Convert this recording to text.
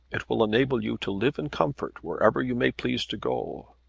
it will enable you to live in comfort wherever you may please to go.